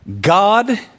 God